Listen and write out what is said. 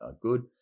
good